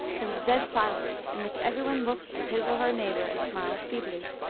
there was a dead silence, in which every one looked at his or her neighbour and smiled feebly.